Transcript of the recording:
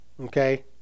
okay